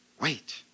wait